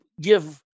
give